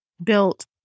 built